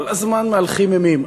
כל הזמן מהלכים אימים.